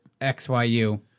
XYU